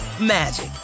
magic